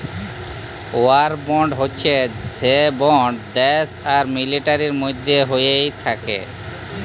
war bond হচ্যে সে bond দ্যাশ আর মিলিটারির মধ্যে হ্য়েয় থাক্যে